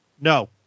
No